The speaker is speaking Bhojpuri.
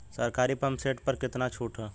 सरकारी पंप सेट प कितना छूट हैं?